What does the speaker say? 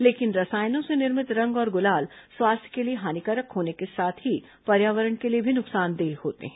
लेकिन रसायनों से निर्मित रंग और गुलाल स्वास्थ्य के लिए हानिकारक होने के साथ ही पर्यावरण के लिए भी नुकसानदेह होते हैं